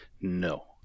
No